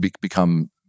become